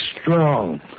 strong